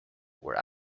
where